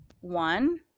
one